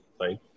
right